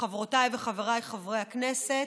חברותיי וחבריי חברי הכנסת,